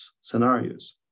scenarios